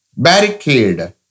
Barricade